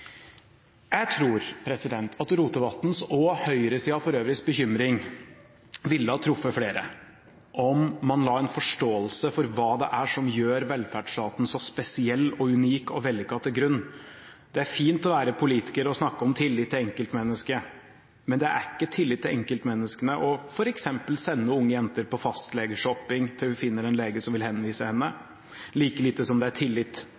Jeg tror at bekymringen til Rotevatn og høyresiden for øvrig ville ha truffet flere om man la til grunn en forståelse for hva det er som gjør velferdsstaten så spesiell og unik og vellykket. Det er fint å være politiker og snakke om tillit til enkeltmennesket, men det er ikke tillit til enkeltmennesket f.eks. å sende en ung jente på fastlegeshopping til hun finner en lege som vil henvise henne, like lite som det er tillit